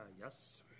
yes